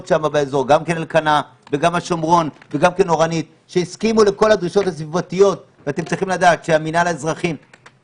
שאם היו מקומות אחרים שהיו יכולים לתת להם